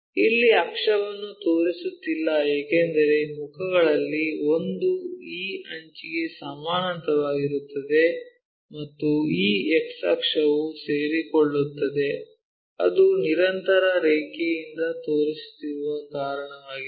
ಇಲ್ಲಿ ಅಕ್ಷವನ್ನು ತೋರಿಸುತ್ತಿಲ್ಲ ಏಕೆಂದರೆ ಮುಖಗಳಲ್ಲಿ ಒಂದು ಈ ಅಂಚಿಗೆ ಸಮಾನಾಂತರವಾಗಿರುತ್ತದೆ ಮತ್ತು ಈ x ಅಕ್ಷವು ಸೇರಿಕೊಳ್ಳುತ್ತದೆ ಅದು ನಿರಂತರ ರೇಖೆಯಿಂದ ತೋರಿಸುತ್ತಿರುವ ಕಾರಣವಾಗಿದೆ